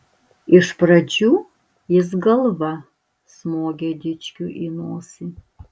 iš pradžių jis galva smogė dičkiui į nosį